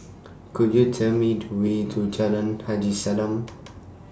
Could YOU Tell Me to Way to Jalan Haji Salam